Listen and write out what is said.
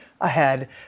ahead